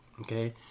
Okay